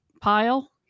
pile